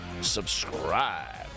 subscribe